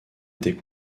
était